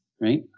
right